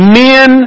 men